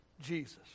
Jesus